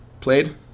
played